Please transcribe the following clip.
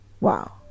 Wow